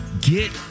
get